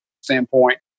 standpoint